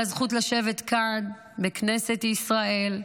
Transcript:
על הזכות לשבת כאן, בכנסת ישראל,